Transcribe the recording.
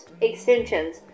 extensions